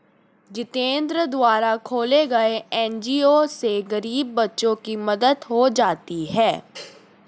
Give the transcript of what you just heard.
जितेंद्र द्वारा खोले गये एन.जी.ओ से गरीब बच्चों की मदद हो जाती है